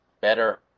Better